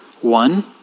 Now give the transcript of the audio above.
One